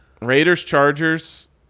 Raiders-Chargers